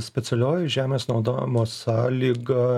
specialioji žemės naudojimo sąlyga